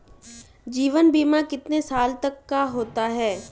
जीवन बीमा कितने साल तक का होता है?